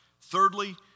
Thirdly